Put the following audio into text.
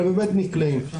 הם באמת נקלעים.